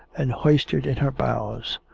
and hoisted in her bows.